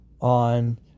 on